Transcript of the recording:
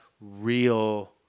real